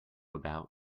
about